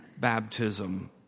baptism